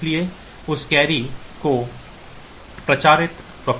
इसलिए उस कैरी को प्रचारित किया जाना चाहिए